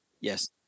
Yes